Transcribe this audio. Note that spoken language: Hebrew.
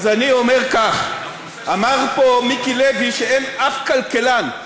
אז אני אומר כך: אמר פה מיקי לוי שאין שום כלכלן,